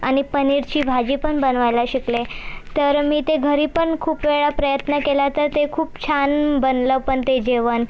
आणि पनीरची भाजी पण बनवायला शिकले तर मी ते घरी पण खूप वेळा प्रयत्न केला तर ते खूप छान बनलं पण ते जेवण